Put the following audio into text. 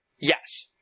Yes